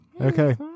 okay